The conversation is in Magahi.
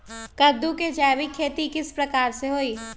कददु के जैविक खेती किस प्रकार से होई?